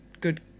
good